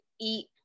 eat